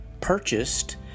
purchased